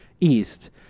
east